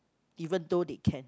even though they can